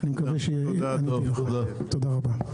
תודה רבה.